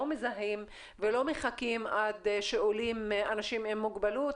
מזהים ולא מחכים עד שעולים אנשים עם מוגבלות,